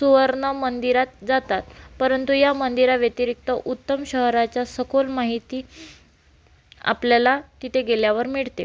सुवर्ण मंदिरात जातात परंतू या मंदिराव्यतिरिक्त उत्तम शहराच्या सखोल माहिती आपल्याला तिथे गेल्यावर मिळते